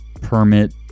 permit